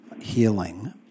healing